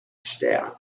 staff